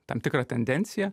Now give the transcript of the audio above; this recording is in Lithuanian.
tam tikrą tendenciją